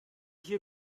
hier